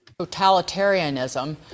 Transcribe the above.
totalitarianism